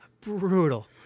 brutal